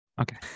Okay